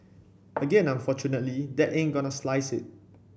again unfortunately that ain't gonna slice it